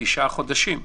תשעה חודשים,